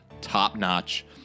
top-notch